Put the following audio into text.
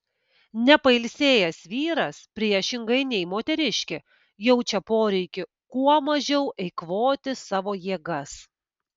nepailsėjęs vyras priešingai nei moteriškė jaučia poreikį kuo mažiau eikvoti savo jėgas